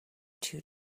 two